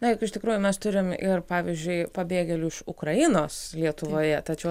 na juk iš tikrųjų mes turim ir pavyzdžiui pabėgėlių iš ukrainos lietuvoje tačiau